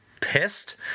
pissed